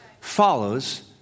follows